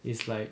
it's like